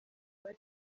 bari